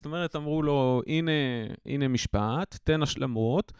זאת אומרת, אמרו לו, הנה.. הנה משפט, תן השלמות.